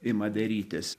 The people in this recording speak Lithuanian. ima darytis